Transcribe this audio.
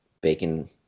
bacon